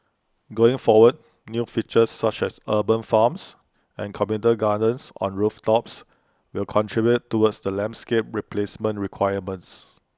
going forward new features such as urban farms and communal gardens on rooftops will contribute towards the landscape replacement requirements